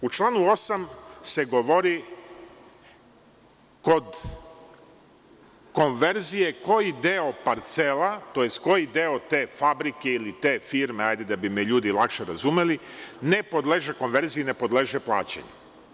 U članu 8. se govori, kod konverzije koji deo parcela, tj. koji deo te fabrike ili te firme, da bi me ljudi lakše razumeli, ne podleže konverziji, ne podleže plaćanju.